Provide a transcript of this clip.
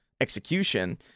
execution